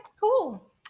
cool